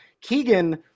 Keegan